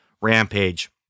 rampage